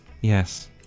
Yes